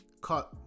Cut